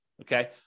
okay